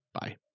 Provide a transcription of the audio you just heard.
Bye